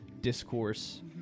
discourse